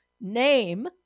name